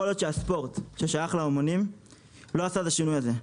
להיות שהספורט ששייך להמונים לא עשה את השינוי הזה.